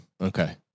Okay